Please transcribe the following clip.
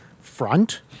front